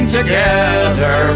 together